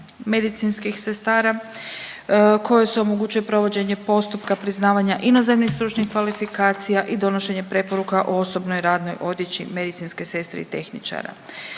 medicinskih sestara koje omogućuje provođenje postupka priznavanja inozemnih stručnih kvalifikacija i donošenje preporuka o osobnoj radnoj odjeći medicinske sestre i tehničara.